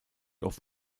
auf